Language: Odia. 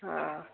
ହଁ